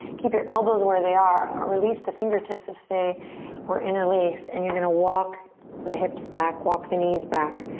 keep your elbows where they are. release the fingertips if they were interlaced and you're going to walk the hips back, walk the knees back.